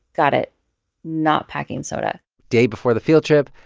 got it not packing soda day before the field trip,